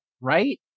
right